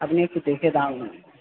আপনি একটু দেখে দাম